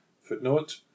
Footnote